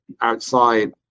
outside